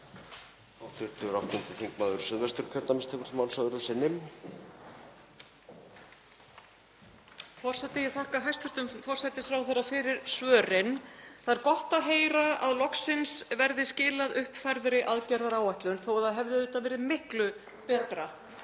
Það er gott að heyra að loksins verði skilað uppfærðri aðgerðaáætlun þótt það hefði auðvitað verið miklu betra